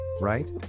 right